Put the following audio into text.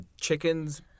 chicken's